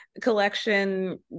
collection